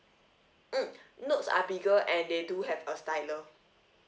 mm notes are bigger and they do have a stylus